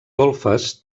golfes